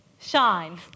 Shine